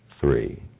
three